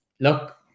look